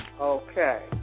Okay